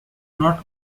not